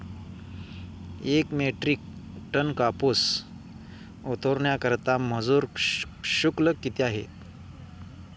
एक metric ton कापूस उतरवण्याकरता मजूर शुल्क किती आहे?